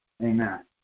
Amen